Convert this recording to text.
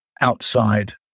Outside